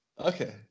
Okay